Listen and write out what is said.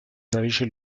tradisce